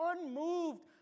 unmoved